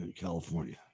California